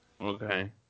Okay